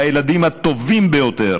והילדים הטובים ביותר